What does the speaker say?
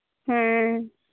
ᱦᱮᱸ